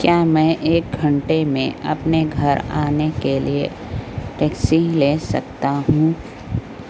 کیا میں ایک گھنٹے میں اپنے گھر آنے کے لیے ٹیکسی لے سکتا ہوں